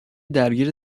درگیر